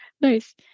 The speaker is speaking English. nice